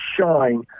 shine